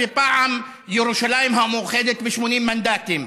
ופעם ירושלים המאוחדת ב-80 מנדטים.